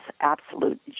absolute